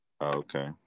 Okay